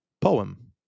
poem